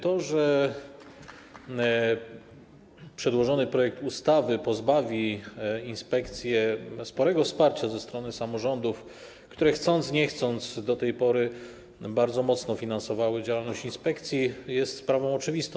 To, że przedłożony projekt ustawy pozbawi inspekcje sporego wsparcia ze strony samorządów, które chcąc nie chcąc, do tej pory bardzo mocno finansowały działalność inspekcji, jest sprawą oczywistą.